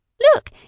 Look